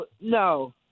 No